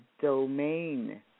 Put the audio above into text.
domain